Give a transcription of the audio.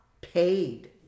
paid